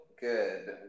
good